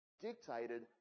dictated